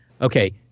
Okay